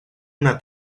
una